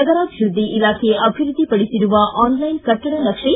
ನಗರಾಭಿವೃದ್ಧಿ ಇಲಾಖೆ ಅಭಿವೃದ್ಧಿಪಡಿಸಿರುವ ಆನ್ಲೈನ್ ಕಟ್ಟಡ ನಕ್ಷೆ